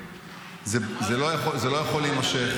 זה לא יכול להימשך.